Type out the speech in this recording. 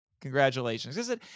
Congratulations